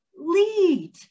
lead